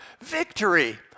Victory